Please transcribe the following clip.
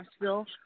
Nashville